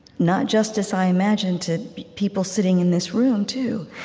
not justice, i imagine, to people sitting in this room too.